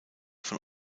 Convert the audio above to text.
von